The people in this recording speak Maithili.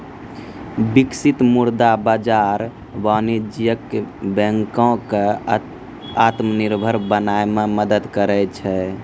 बिकसित मुद्रा बाजार वाणिज्यक बैंको क आत्मनिर्भर बनाय म मदद करै छै